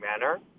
manner